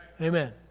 Amen